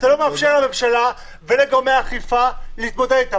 אתה לא מאפשר לממשלה ולגורמי האכיפה להתמודד איתם.